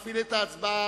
נקיים הפסקה,